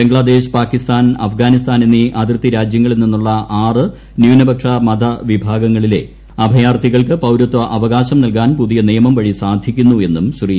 ബംഗ്ലാദേശ് പാകിസ്ഥാൻ അഫ്ഗാനിസ്ഥാൻ എന്നീ അതിർത്തി രാജ്യങ്ങളിൽ നിന്നുള്ള ആറ് ന്യൂനപക്ഷ മത വിഭാഗങ്ങളിലെ അഭയാർത്ഥികൾക്ക് പൌരത്വ അവകാശം നൽകാൻ പുതിയ നിയമം വഴി സാധിക്കുന്നു എന്നും ശ്രീ